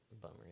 Bummer